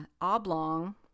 oblong